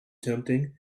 tempting